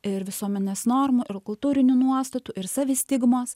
ir visuomenės normų ir kultūrinių nuostatų ir savi stigmos